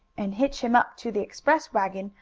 and hitch him up to the express wagon,